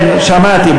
כן, שמעתי.